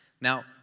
Now